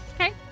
Okay